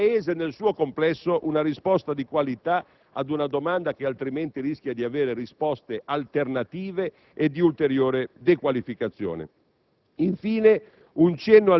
loro unificazione offrirebbe al Paese nel suo complesso una risposta di qualità a una domanda che altrimenti rischia di avere risposte alternative e di ulteriore dequalificazione.